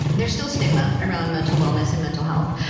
there's still stigma around mental wellness and mental health.